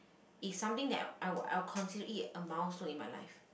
is something that I'll I'll consider it a milestone in my life